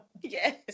Yes